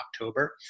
October